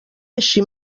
així